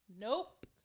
Nope